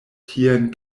tien